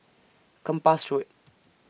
Kempas Road